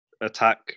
attack